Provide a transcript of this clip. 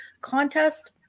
contest